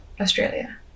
Australia